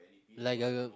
like a